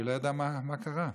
היא לא ידעה מה קרה.